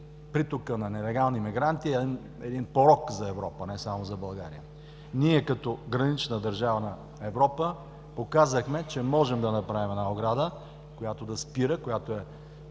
притока на нелегални имигранти – един порок за Европа, не само за България. Ние като гранична държава на Европа показахме, че можем да направим една ограда, която да спира, която е